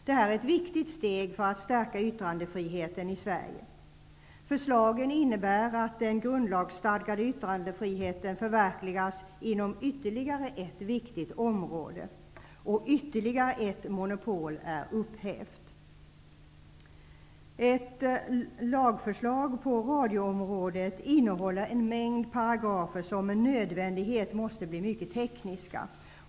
Det är ett viktigt steg för att stärka yttrandefriheten i Sverige. Förslagen innebär att den grundlagsstadgade yttrandefriheten förverkligas inom ytterligare ett viktigt område och att ytterligare ett monopol upphävs. Ett lagförslag på radioområdet innehåller en mängd paragrafer som med nödvändighet måste bli mycket tekniska.